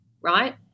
right